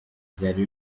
byari